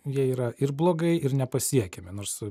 jie yra ir blogai ir nepasiekiame nors